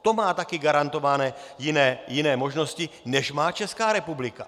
To má také garantované jiné možnosti, než má Česká republika.